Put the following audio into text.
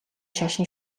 шашин